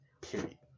period